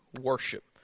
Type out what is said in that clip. worship